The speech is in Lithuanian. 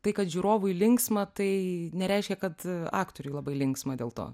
tai kad žiūrovui linksma tai nereiškia kad aktoriui labai linksma dėl to